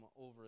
over